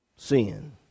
sin